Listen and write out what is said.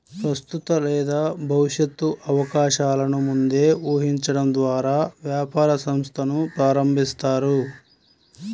ప్రస్తుత లేదా భవిష్యత్తు అవకాశాలను ముందే ఊహించడం ద్వారా వ్యాపార సంస్థను ప్రారంభిస్తారు